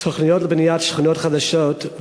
תוכניות לבניית שכונות חדשות,